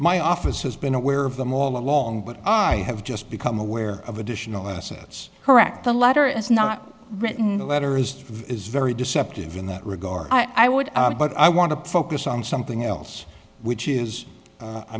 my office has been aware of them all along but i have just become aware of additional assets correct the letter is not written in the letter is is very deceptive in that regard i would but i want to focus on something else which is